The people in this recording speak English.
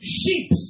sheep